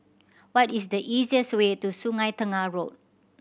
what is the easiest way to Sungei Tengah Road